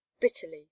bitterly